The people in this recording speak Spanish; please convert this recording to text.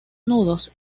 nudos